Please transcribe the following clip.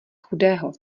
chudého